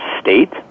state